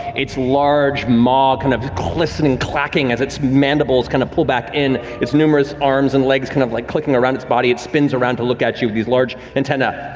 its large maw kind of glistening, clacking as its mandibles kind of pull back in, its numerous arms and legs kind of like clicking around its body. it spins around to look at you with these large antenna.